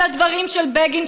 על הדברים של בגין,